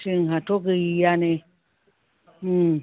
जोंहाथ' गैयानो